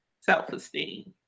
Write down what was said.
self-esteem